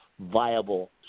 viable